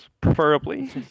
preferably